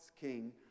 king